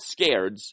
scareds